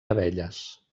abelles